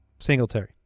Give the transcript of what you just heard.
Singletary